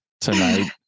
tonight